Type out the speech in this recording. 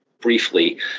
briefly